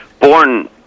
born